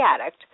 addict